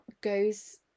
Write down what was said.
goes